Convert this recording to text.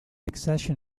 accession